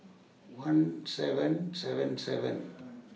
one seven seven seven